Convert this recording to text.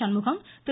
Shanmugam Thiru